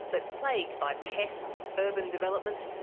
but plagued by pests, urban development,